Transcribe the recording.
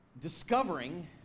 discovering